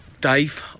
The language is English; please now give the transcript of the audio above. Dave